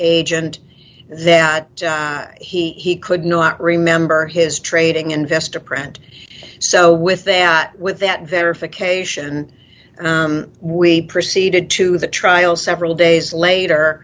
agent that he could not remember his trading investor print so with that with that verification we proceeded to the trial several days later